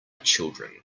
children